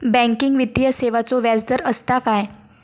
Banking वित्तीय सेवाचो व्याजदर असता काय?